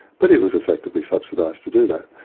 but it was effectively subsidised to do that.